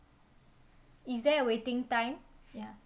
is there a waiting time ya